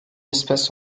espèce